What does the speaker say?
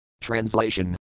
Translation